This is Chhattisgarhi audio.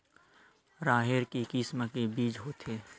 राहेर के किसम के बीज होथे?